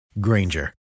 Granger